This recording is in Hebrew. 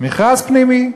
מכרז פנימי,